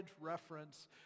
reference